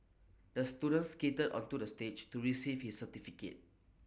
the student skated onto the stage to receive his certificate